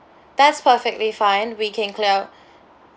that's perfectly fine we can clear our